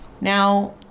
Now